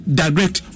direct